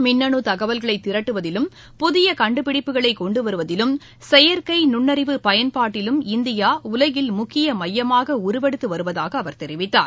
மின்னு தகவல்களை திரட்டுவதிலும் புதிய கண்டுபிடிப்புகளை கொண்டுவருவதிலும் செயற்கை நுண்ணறிவு பயன்பாட்டிலும் இந்தியா உலகில் முக்கிய மையமாக உருவெடுத்து வருவதாக அவர் தெரிவித்தார்